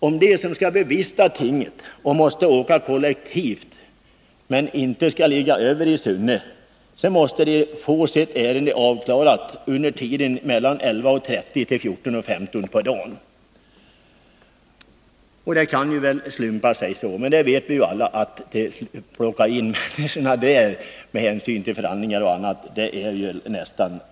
Om de som skall bevista tinget och måste åka kollektivt inte skall behöva övernatta i Sunne, måste de få sitt ärende avklarat under tiden mellan kl. 11.30 och 14.15. Det kan ju slumpa sig så att det går att klara detta, men vi vet alla att det är nästan omöjligt att på det sättet anpassa förhandlingar och annat till vissa tider.